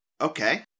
okay